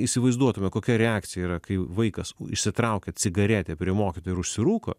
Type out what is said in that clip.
įsivaizduotume kokia reakcija yra kai vaikas išsitraukia cigaretę prie mokytojo ir užsirūko